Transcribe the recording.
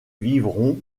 vivront